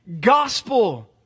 Gospel